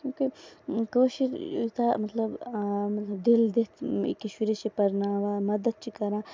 کیوں کہِ کٲشُر یوٗتاہ مطلب دِل دِتھ أکِس شُرِس چھِ پرناوان مَدد چھِ کران مطلب